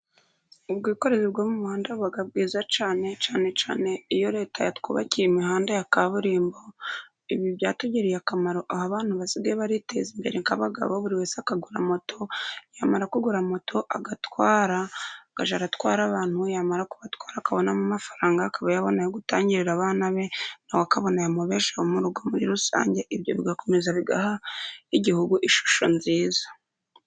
Ubwikorezi bwo mu muhanda buba bwiza cyane, cyane cyane iyo leta yatwubakiye imihanda ya kaburimbo, byatugiriye akamaro abantu basigaye bariteza imbere nkabagabo buri wese akagura moto yamara kugura moto agatwara, akajya aratwara abantu, yamara kubatwara akabonamo amafaranga, akaba yabone ayo gutangirira abana be, nawe akabona ayamubesha mu rugo muri rusange, ibyo bigakomeza bigaha igihugu ishusho nziza.